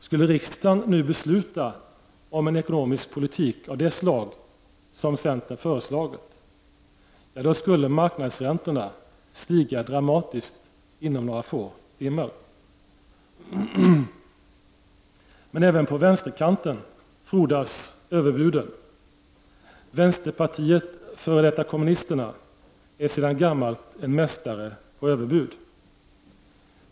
Skulle riksdagen nu besluta om en ekonomisk politik av det slaget, då skulle marknadsräntorna stiga dramatiskt inom några få timmar. Men även på vänsterkanten frodas överbuden. Vänsterpartiet, f.d. kommunisterna, är sedan gammalt en mästare på överbud.